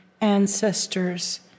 ancestors